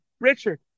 Richard